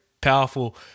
powerful